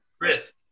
Chris